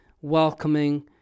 welcoming